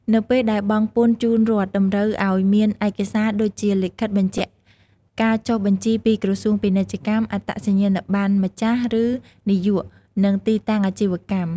នៅពេលដែលបង់ពន្ធជូនរដ្ឋ តម្រូវអោយមាន ឯកសារ ដូចជាលិខិតបញ្ជាក់ការចុះបញ្ជីពីក្រសួងពាណិជ្ជកម្ម អត្តសញ្ញាណប័ណ្ណម្ចាស់ ឬនាយក និងទីតាំងអាជីវកម្ម។